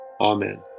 Amen